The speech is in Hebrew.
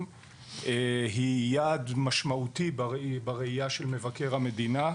היא יעד משמעותי בראיה של מבקר המדינה.